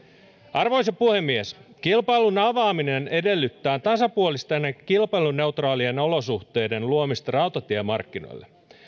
arvoisa puhemies kilpailun avaaminen edellyttää tasapuolisten kilpailuneutraalien olosuhteiden luomista rautatiemarkkinoille